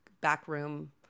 backroom